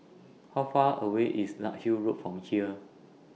How Far away IS Larkhill Road from here